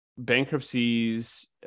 bankruptcies